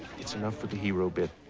it's enough for the hero bit.